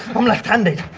i'm left-handed.